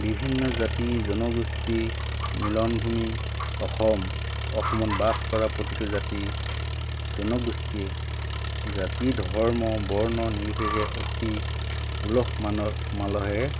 বিভিন্ন জাতি জনগোষ্ঠীৰ মিলনভূমি অসম অসমত বাস কৰা প্ৰতিটো জাতি জনগোষ্ঠীয়ে জাতি ধৰ্ম বৰ্ণ নিৰ্বিশেষে অতি উলহ মালহৰে